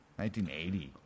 1980